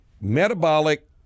metabolic